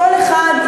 כל אחד,